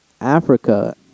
Africa